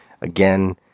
Again